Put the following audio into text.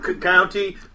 County